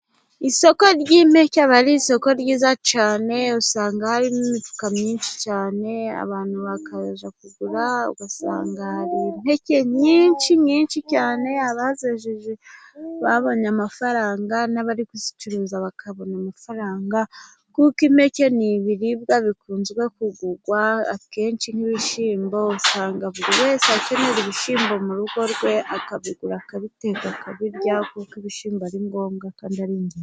Isoko ry'impeke aba ari ryiza cyane, usanga hari n'imifuka myinshi cyane, abantu bakaja kugura ,ugasanga impeke nyinshi nyinshi cyane abazejeje babonye amafaranga n'abari kuzicuruza bakabona amafaranga. Kuko impeke ni ibiribwa bikunze kugugwa akenshi nk'ibishyimbo, usanga buri wese akenera ibishyimbo mu rugo rwe, akabigura akabiteka ka akabirya kuko ibishyimbo ari ngombwa kandi ari ingenzi.